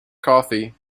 coffee